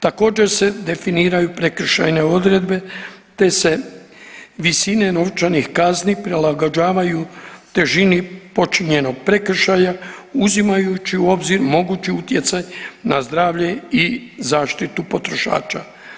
Također se definiraju prekršajne odredbe, te se visine novčanih kazni prilagođavaju težini počinjenog prekršaja uzimajući u obzir mogući utjecaj na zdravlje i zaštitu potrošača.